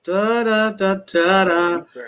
Da-da-da-da-da